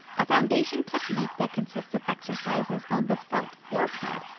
a foundation technique that consists of exercises, on the felt floorpad,